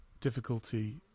difficulty